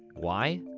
why?